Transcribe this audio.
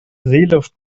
seeluft